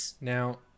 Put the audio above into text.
Now